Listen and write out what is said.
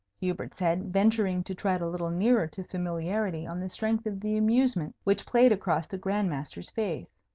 hubert said, venturing to tread a little nearer to familiarity on the strength of the amusement which played across the grand master's face.